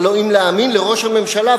הלוא אם להאמין לראש הממשלה,